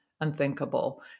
unthinkable